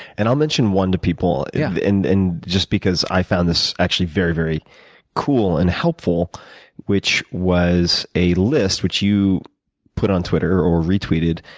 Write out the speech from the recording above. and i'll mention one to people yeah and and just because i found this actually very, very cool and helpful which was a list which you put on twitter or retweeted,